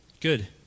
Good